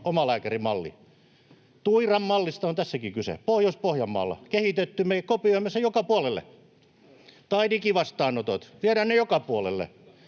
omalääkärimalli. Tuiran mallista on tässäkin kyse, Pohjois-Pohjanmaalla kehitetty, ja me kopioimme sen joka puolelle. Tai digivastaanotot — viedään ne joka puolelle.